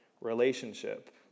relationship